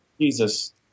Jesus